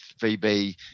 VB